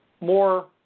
more